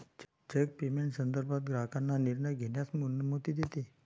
check payment संदर्भात ग्राहकांना निर्णय घेण्यास अनुमती देते